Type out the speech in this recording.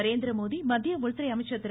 நரேந்திரமோடி மத்திய உள்துறை அமைச்சர் திரு